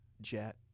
jet